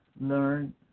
learn